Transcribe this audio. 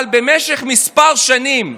אבל במשך כמה שנים,